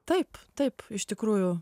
taip taip iš tikrųjų